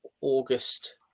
August